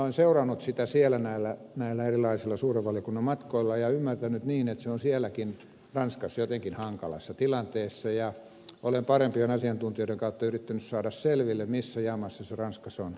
olen seurannut sitä siellä näillä erilaisilla suuren valiokunnan matkoilla ja ymmärtänyt niin että se on ranskassakin jotenkin hankalassa tilanteessa ja olen parempien asiantuntijoiden kautta yrittänyt saada selville missä jamassa se ranskassa on